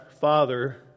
father